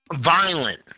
violent